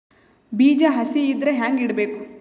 ಬೀಜ ಹಸಿ ಇದ್ರ ಹ್ಯಾಂಗ್ ಇಡಬೇಕು?